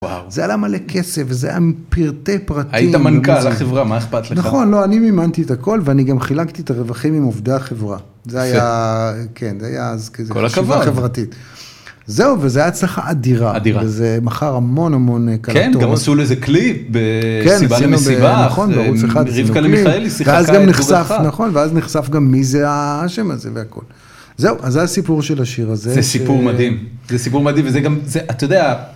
זה עלה מלא כסף, זה היה עם פרטי פרטים. היית מנכ"ל החברה, מה אכפת לך? נכון, לא, אני מימנתי את הכל ואני גם חילקתי את הרווחים עם עובדי החברה. יפה, זה היה, כן, זה היה אז כזה חשיבה חברתית. זהו, וזו הייתה הצלחה אדירה. אדירה. וזה מכר המון המון קלטות. כן, גם עשו לזה קליפ בסיבה למסיבה. נכון, בערוץ אחד עשו לזה קליפ. רבקהלה מיכאלי, שיחקה איתו בבריכה. נכון, ואז נחשף גם מי זה השם הזה והכל. זהו, אז זה הסיפור של השיר הזה. זה סיפור מדהים. זה סיפור מדהים וזה גם, אתה יודע.